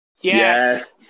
Yes